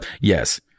Yes